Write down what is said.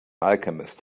alchemist